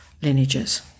lineages